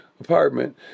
apartment